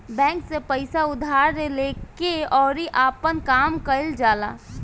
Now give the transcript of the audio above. bank से पइसा उधार लेके अउरी आपन काम कईल जाला